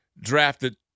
drafted